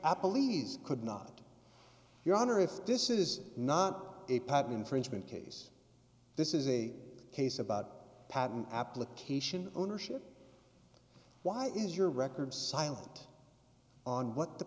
apple lees could not your honor if this is not a patent infringement case this is a case about patent application ownership why is your record silent on what the